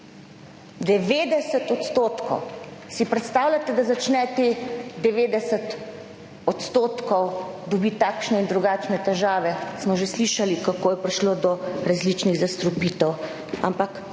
90 %. Si predstavljate, da začne teh 90 %, dobi takšne in drugačne težave. Smo že slišali kako je prišlo do različnih zastrupitev,